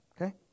okay